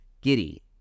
giddy